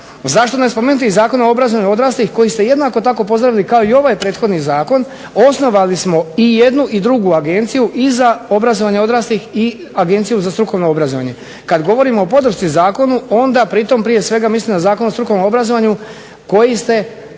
zašto ne spomenuti i Zakon o obrazovanju odraslih koji ste jednako tako pozdravili kao i ovaj prethodni zakon. Osnovali smo i jednu i drugu agenciju i za obrazovanje odraslih i Agenciju za strukovno obrazovanje . Kad govorim o podršci zakonu ona pri tome prije svega mislim na Zakon o strukovnom obrazovanju koji ste